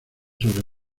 sobre